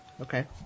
Okay